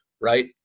right